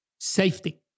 safety